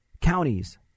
counties